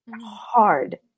hard